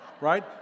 right